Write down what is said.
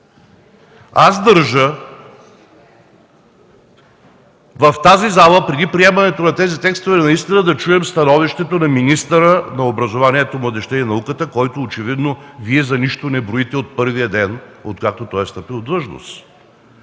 Аз държа в тази зала преди приемането на тези текстове наистина да чуем становището на министъра на образованието, младежта и науката, който очевидно Вие за нищо не броите от първия ден, откакто той е встъпил в длъжност.